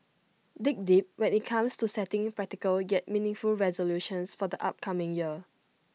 dig deep when IT comes to setting practical yet meaningful resolutions for the upcoming year